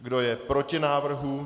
Kdo je proti návrhu?